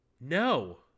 No